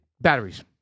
batteries